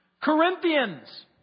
Corinthians